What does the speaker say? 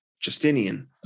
Justinian